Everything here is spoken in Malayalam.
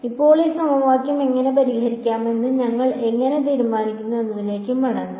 ഇപ്പോൾ ഈ സമവാക്യം എങ്ങനെ പരിഹരിക്കാമെന്ന് ഞങ്ങൾ എങ്ങനെ തീരുമാനിക്കുന്നു എന്നതിലേക്ക് മടങ്ങും